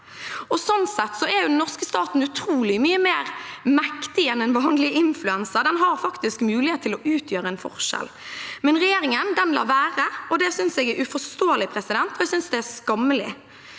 Sånn sett er den norske staten utrolig mye mer mektig enn en vanlig influenser. Den har faktisk mulighet til å utgjøre en forskjell, men regjeringen lar være. Det synes jeg er uforståelig, og jeg synes det er skammelig.